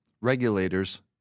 regulators